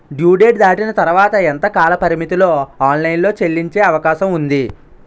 Due date దాటిన తర్వాత ఎంత కాలపరిమితిలో ఆన్ లైన్ లో చెల్లించే అవకాశం వుంది?